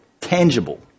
tangible